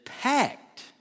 packed